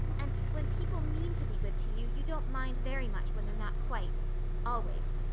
and when people mean to be good to you, you don't mind very much when they're not quite always.